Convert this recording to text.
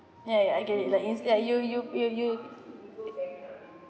ya ya I get it like like you you you you